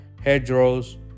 hedgerows